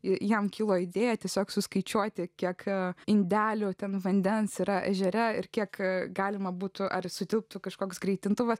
jam kilo idėja tiesiog suskaičiuoti kiek indelių ten vandens yra ežere ir kiek galima būtų ar sutilptų kažkoks greitintuvas